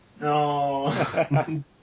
No